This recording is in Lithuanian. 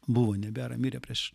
buvo nebėra mirė prieš